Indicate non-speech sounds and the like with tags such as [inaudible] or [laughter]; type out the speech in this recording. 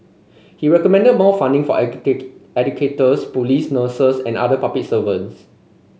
he recommended more funding for [unintelligible] educators police nurses and other public servants